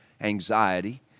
anxiety